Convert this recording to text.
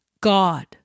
God